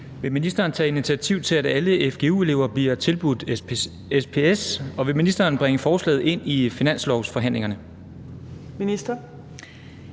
Vil ministeren tage initiativ til, at alle fgu-elever bliver tilbudt SPS, og vil ministeren bringe forslaget ind i finanslovsforhandlingerne? Kl.